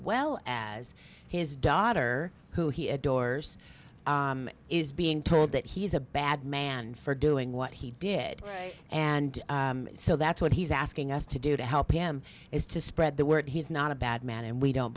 well as his daughter who he adores is being told that he's a bad man for doing what he did and so that's what he's asking us to do to help him is to spread the word he's not a bad man and we don't